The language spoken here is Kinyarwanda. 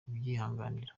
kubyihanganira